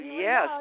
yes